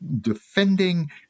defending